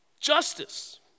justice